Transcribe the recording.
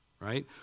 right